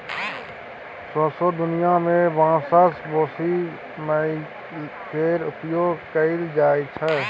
सौंसे दुनियाँ मे सबसँ बेसी मकइ केर प्रयोग कयल जाइ छै